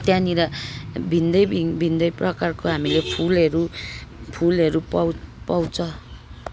त्यहाँनिर भिन्नै भिन्नै प्रकारको हामीले फुलहरू फुलहरू पाउ पाउँछ